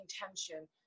intention